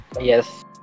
Yes